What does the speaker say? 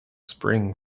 spring